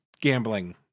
gambling